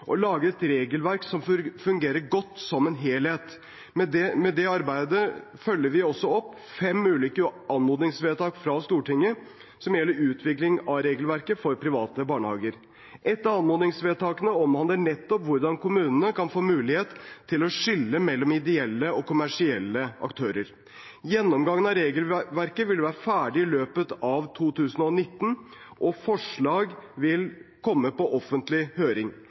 og lage et regelverk som fungerer godt som helhet. Med dette arbeidet følger vi også opp fem ulike anmodningsvedtak fra Stortinget som gjelder utvikling av regelverket for private barnehager. Et av anmodningsvedtakene omhandler nettopp hvordan kommunene kan få mulighet til å skille mellom ideelle og kommersielle aktører. Gjennomgangen av regelverket vil være ferdig i løpet av 2019, og forslag vil komme på offentlig høring.